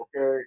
okay